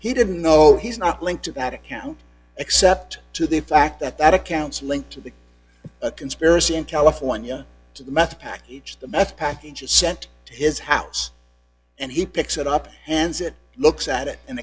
he didn't know he's not linked to that account except to the fact that that accounts linked to the conspiracy in california to the meth package the meth packages sent to his house and he picks it up and zip looks at it and